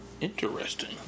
Interesting